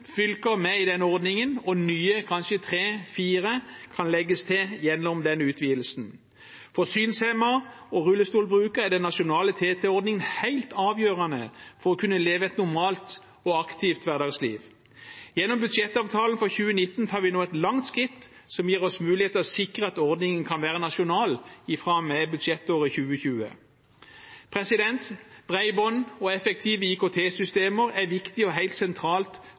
denne ordningen, og kanskje tre–fire nye kan legges til gjennom denne utvidelsen. For synshemmede og rullestolbrukere er den nasjonale TT-ordningen helt avgjørende for å kunne leve et normalt og aktivt hverdagsliv. Gjennom budsjettavtalen for 2019 tar vi nå et langt skritt som gir oss mulighet til å sikre at ordningen kan være nasjonal fra og med budsjettåret 2020. Bredbånd og effektive IKT-systemer er viktig og helt sentralt